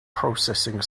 processing